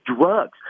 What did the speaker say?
drugs